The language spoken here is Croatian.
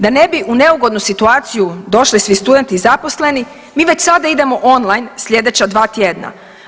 Da ne bi u neugodnu situaciju došli svi studenti i zaposleni mi već sada idemo on-line slijedeća 2 tjedna.